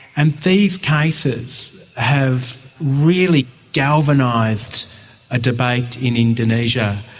and these cases have really galvanised a debate in indonesia.